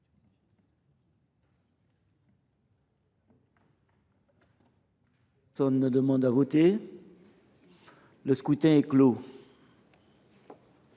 Personne ne demande plus à voter ?… Le scrutin est clos.